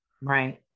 Right